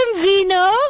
Vino